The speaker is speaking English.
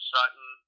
Sutton